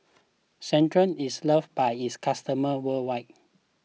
Centrum is loved by its customers worldwide